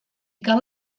cal